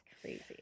crazy